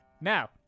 Now